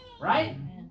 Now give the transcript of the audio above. Right